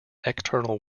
external